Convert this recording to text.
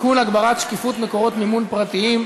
תוסיף את קולו לפרוטוקול.